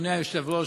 אדוני היושב-ראש,